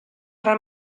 tra